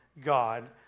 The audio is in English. God